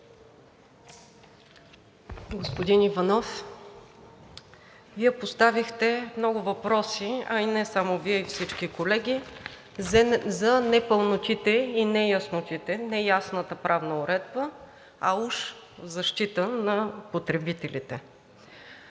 Господин Иванов, Вие поставихте много въпроси, а и не само Вие, а и всички колеги, за непълнотите и неяснотите, неясната правна уредба, а уж защита на потребителите.